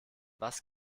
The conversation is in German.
was